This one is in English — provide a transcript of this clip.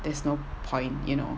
there's no point you know